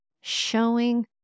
Showing